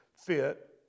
fit